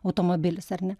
automobilis ar ne